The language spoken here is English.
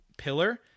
pillar